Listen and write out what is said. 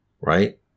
right